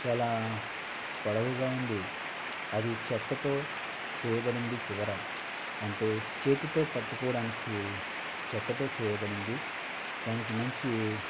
చాలా పొడవుగా ఉంది అది చెక్కతో చేయబడింది చివర అంటే చేతితో పట్టుకోవడానికి చెక్కతో చేయబడింది దానికి మంచి